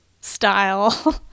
style